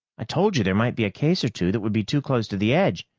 i told you there might be a case or two that would be too close to the edge.